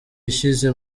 yashyize